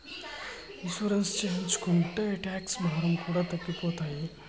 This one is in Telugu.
ఇన్సూరెన్స్ చేయించుకుంటే టాక్స్ భారం కూడా తగ్గిపోతాయి